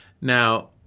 Now